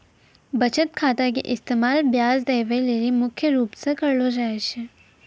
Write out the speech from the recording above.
बचत खाता के इस्तेमाल ब्याज देवै लेली मुख्य रूप से करलो जाय छै